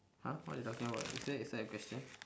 !huh! what you talking about is that inside the question